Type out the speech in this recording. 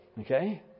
Okay